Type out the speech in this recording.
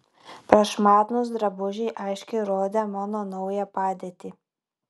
prašmatnūs drabužiai aiškiai rodė mano naują padėtį